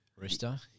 Rooster